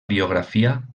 biografia